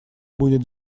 будет